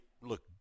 look